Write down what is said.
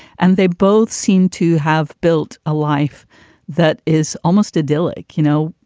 and they both seem to have built a life that is almost idyllic. you know,